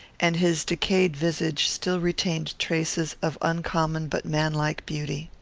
and his decayed visage still retained traces of uncommon but manlike beauty.